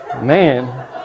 Man